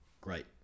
great